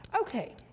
Okay